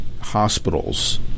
hospitals